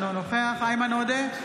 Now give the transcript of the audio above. אינו נוכח איימן עודה,